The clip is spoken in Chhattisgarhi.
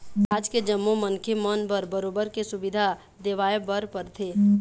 राज के जम्मो मनखे मन बर बरोबर के सुबिधा देवाय बर परथे